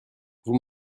vous